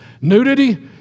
Nudity